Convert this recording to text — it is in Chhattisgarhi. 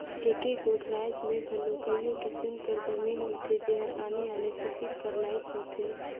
एके गोट राएज में घलो कइयो किसिम कर जमीन होथे जेहर आने आने फसिल कर लाइक होथे